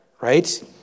right